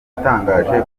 yatangaje